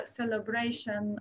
celebration